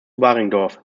baringdorf